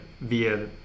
via